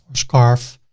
scarf,